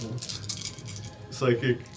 Psychic